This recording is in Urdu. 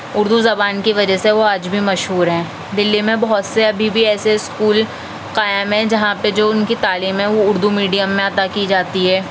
اردو زبان کی وجہ سے وہ آج بھی مشہور ہیں دلی میں بہت سے ابھی بھی ایسے اسکول قائم ہیں جہاں پہ جو ان کی تعلیم ہے وہ اردو میڈیم میں ادا کی جاتی ہے